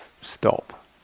stop